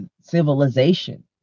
civilization